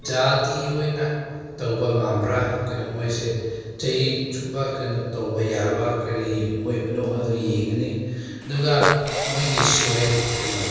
ꯖꯥꯇꯤ ꯑꯣꯏꯅ ꯇꯧꯕ ꯉꯝꯕ꯭ꯔꯥ ꯀꯩꯅꯣ ꯃꯣꯏꯁꯦ ꯆꯍꯤ ꯆꯨꯞꯄ ꯀꯩꯅꯣ ꯇꯧꯕ ꯌꯥꯕ ꯀꯔꯤ ꯑꯣꯏꯕꯅꯣ ꯑꯗꯨ ꯌꯦꯡꯂꯅꯤ ꯑꯗꯨꯒ ꯃꯣꯏꯒꯤ ꯁꯣꯏꯜ ꯀꯩꯅꯣ